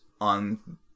on